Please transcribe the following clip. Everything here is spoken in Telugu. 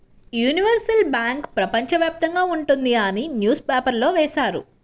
యూనివర్సల్ బ్యాంకు ప్రపంచ వ్యాప్తంగా ఉంటుంది అని న్యూస్ పేపర్లో వేశారు